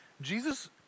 Jesus